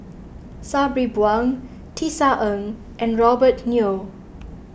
Sabri Buang Tisa Ng and Robert Yeo